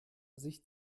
sich